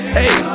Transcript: hey